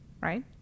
Right